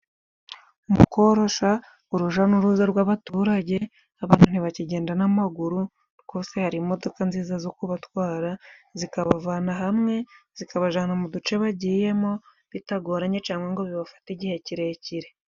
Mu korosha uruja n'uruza rw'abaturage， ntibakigenda n'amaguru rwose hari imodoka nziza zo kubatwara，zikabavana hamwe zikabajana mu duce bagiyemo bitagoranye cyangwa ngo bibafate igihe kirekire.